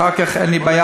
אחר כך אין לי בעיה.